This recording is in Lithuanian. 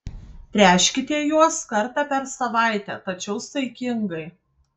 tręškite juos kartą per savaitę tačiau saikingai